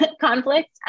conflict